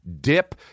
dip